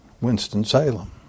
Winston-Salem